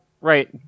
right